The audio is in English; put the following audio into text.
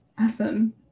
Awesome